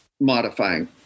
modifying